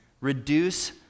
reduce